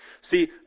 See